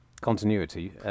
Continuity